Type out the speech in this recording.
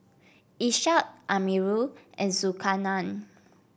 Ishak Amirul and Zulkarnain